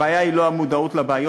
הבעיה היא לא המודעות לבעיות,